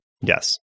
Yes